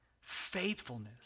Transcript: faithfulness